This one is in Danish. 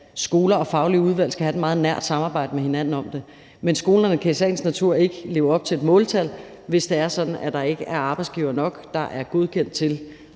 skoler og faglige udvalg skal have et meget nært samarbejde med hinanden om det. Men skolerne kan i sagens natur ikke leve op til et måltal, hvis det er sådan, at der ikke er arbejdsgivere nok, der er godkendt til